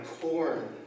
corn